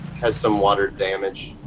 has some water damage.